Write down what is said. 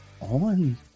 on